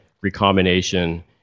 recombination